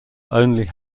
only